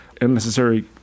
unnecessary